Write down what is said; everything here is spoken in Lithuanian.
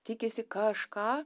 tikisi kažką